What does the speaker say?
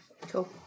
Cool